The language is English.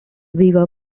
viva